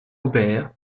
aubert